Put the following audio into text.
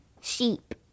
sheep